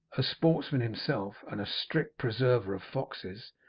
a sportsman himself, and a strict preserver of foxes,